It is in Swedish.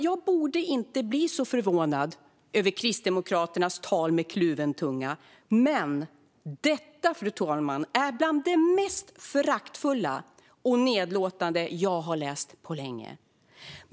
Jag borde inte bli så förvånad över Kristdemokraternas tal med kluven tunga, men detta är bland det mest föraktfulla och nedlåtande jag har läst på länge!